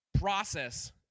process